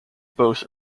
boasts